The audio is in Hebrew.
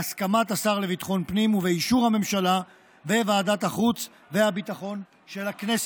בהסכמת השר לביטחון פנים ובאישור הממשלה וועדת החוץ והביטחון של הכנסת.